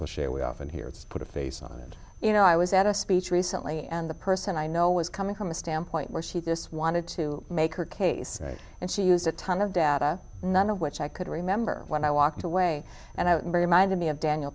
cliche we often hear it's put a face on it you know i was at a speech recently and the person i know was coming from a standpoint where she just wanted to make her case and she used a ton of data none of which i could remember when i walked away and i wouldn't remind